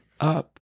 up